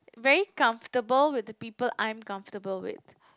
very comfortable with the people I'm comfortable with